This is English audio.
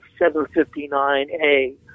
759a